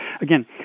Again